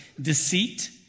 Deceit